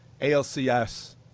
ALCS